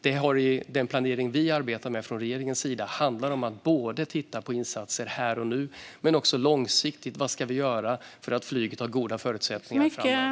Den planering som regeringen arbetar med handlar om att titta på insatser här och nu men också om vad vi ska göra långsiktigt för att flyget ska ha goda förutsättningar framöver.